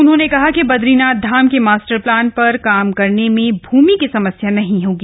उन्होंने कहा कि बदरीनाथ धाम के मास्टर प्लान पर काम करने में भूमि की समस्या नहीं होगी